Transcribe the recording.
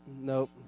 nope